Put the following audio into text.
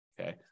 okay